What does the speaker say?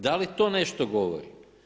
Da li to nešto govori?